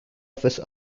office